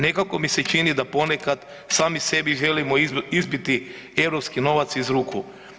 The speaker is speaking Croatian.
Nekako mi se čini da ponekad sami sebi želimo izbiti europski novac iz ruku.